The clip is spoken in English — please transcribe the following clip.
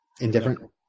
Indifferent